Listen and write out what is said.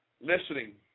listening